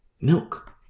Milk